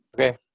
Okay